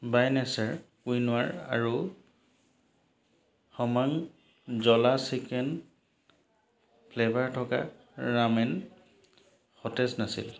বাই nature কুইনোৱাৰ আৰু সময়ং জলা চিকেন ফ্লেভাৰ থকা ৰামেন সতেজ নাছিল